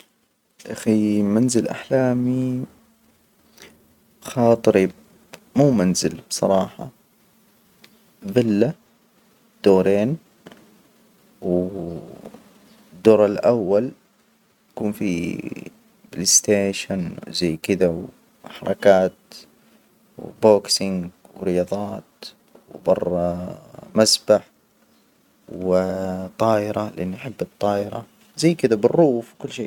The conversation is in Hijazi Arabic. ياأخي، منزل أحلامي، بخاطري مو منزل بصراحة. فيلا دورين. و الدور الأول يكون في بلاي ستيشن زي كدا، وحركات وبوكسينج ورياضات وبره مسبح، وطائرة، لأني أحب الطائرة زي كدا بالروف وكل شي.